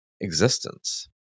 existence